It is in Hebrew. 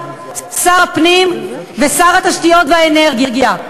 שר הפנים ושר התשתיות והאנרגיה.